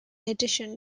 addition